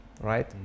right